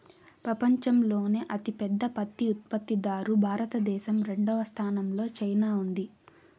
పపంచంలోనే అతి పెద్ద పత్తి ఉత్పత్తి దారు భారత దేశం, రెండవ స్థానం లో చైనా ఉంది